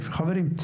חברים,